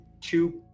two